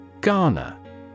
Ghana